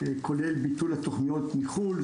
כולל ביטול התכניות מחו"ל.